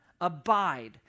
Abide